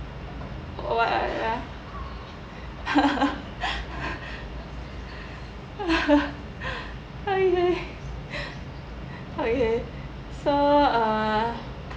what what ah okay okay so uh